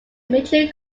major